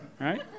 right